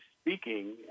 speaking